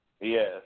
Yes